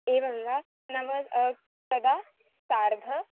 एवं वा नाम कदा सार्ध